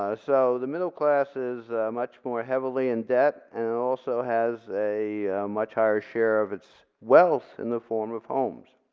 ah so the middle class is much more heavily indebted, and also has a much higher share of its wealth in the form of homes.